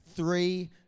three